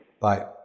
Bye